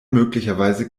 möglicherweise